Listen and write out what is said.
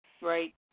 Right